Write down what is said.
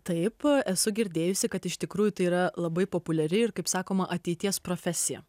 taip a esu girdėjusi kad iš tikrųjų tai yra labai populiari ir kaip sakoma ateities profesija